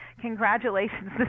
congratulations